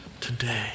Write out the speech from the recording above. today